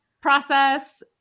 process